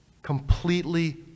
completely